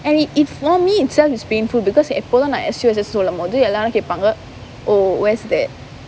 and for me itself it's painful because எப்பவும் நான்:eppavum naan S_U_S_S சொல்லும் போது எல்லாம் கேப்பாங்க:sollum pothu ellaam keppaanga oh where's that